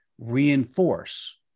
reinforce